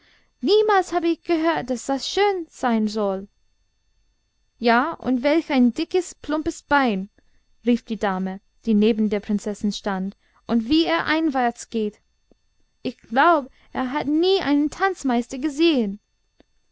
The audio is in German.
niemals hab ich gehört daß das schön sein soll ja und welch ein dickes plumpes bein rief die dame die neben der prinzessin stand und wie er einwärts geht ich glaub er hat nie einen tanzmeister gesehen